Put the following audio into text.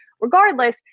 Regardless